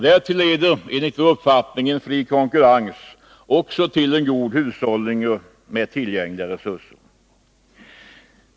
Därtill leder enligt denna uppfattning en fri konkurrens också till god hushållning med tillgängliga resurser.